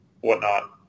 whatnot